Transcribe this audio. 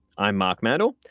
i'm mark mandel,